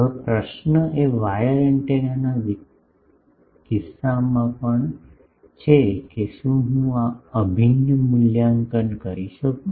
હવે પ્રશ્ન એ વાયર એન્ટેનાના કિસ્સામાં પણ છે કે શું હું આ અભિન્ન મૂલ્યાંકન કરી શકું